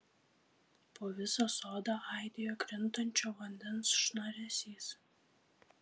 po visą sodą aidėjo krintančio vandens šnaresys